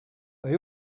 they